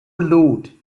lord